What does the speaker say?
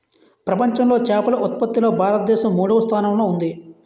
ప్రపంచంలో చేపల ఉత్పత్తిలో భారతదేశం మూడవ స్థానంలో ఉంది